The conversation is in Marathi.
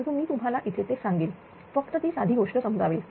परंतु मी तुम्हाला इथे ते सांगेल फक्त ती साधी गोष्ट समजावेल